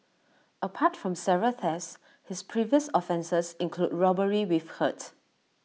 apart from several thefts his previous offences include robbery with hurt